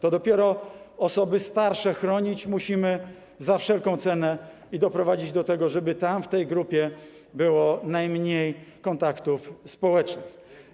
To dopiero osoby starsze musimy chronić za wszelką cenę i doprowadzić do tego, żeby tam, w tej grupie było najmniej kontaktów społecznych.